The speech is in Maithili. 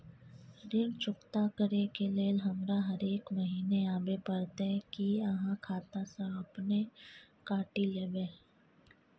ऋण चुकता करै के लेल हमरा हरेक महीने आबै परतै कि आहाँ खाता स अपने काटि लेबै?